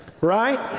Right